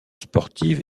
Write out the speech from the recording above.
sportive